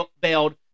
bailed